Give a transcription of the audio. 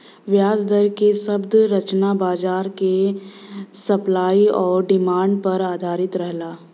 ब्याज दर क शब्द संरचना बाजार क सप्लाई आउर डिमांड पर आधारित रहला